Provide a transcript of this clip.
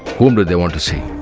whom do they want to see?